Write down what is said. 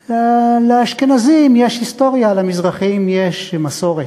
שלאשכנזים יש היסטוריה, למזרחים יש מסורת,